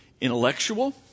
Intellectual